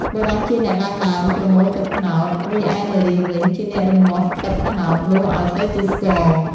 បុរសជាអ្នកឡើងដើមប្រមូលទឹកត្នោត រីឯនារីវិញជាអ្នករំងាស់ទឹកត្នោតនោះឱ្យទៅជាស្ករ។